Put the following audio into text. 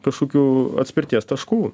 kažkokių atspirties taškų